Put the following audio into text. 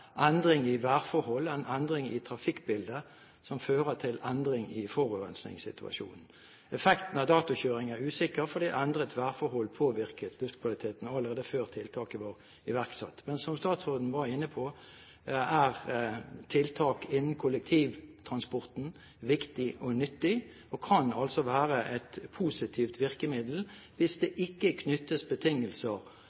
endring i værforholdene enn endring i trafikkbildet som fører til endring i forurensningssituasjonen. Effekten av datokjøring er usikker fordi endrede værforhold påvirket luftkvaliteten allerede før tiltaket var iverksatt. Men som statsråden var inne på, er tiltak innen kollektivtransporten viktig og nyttig og kan være et positivt virkemiddel, hvis det